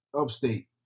upstate